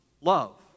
love